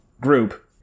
group